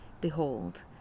Behold